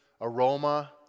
aroma